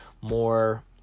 more